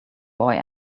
boy